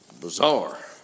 bizarre